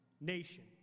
nation